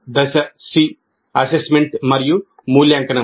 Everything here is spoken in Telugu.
దశ సి అసెస్మెంట్ మరియు మూల్యాంకనం